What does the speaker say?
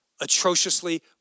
atrociously